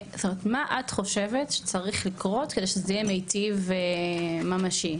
חושבת שצריך לקרות כדי שזה יהיה מיטיב וממשי?